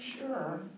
sure